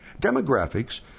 Demographics